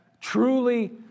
truly